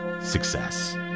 success